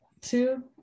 two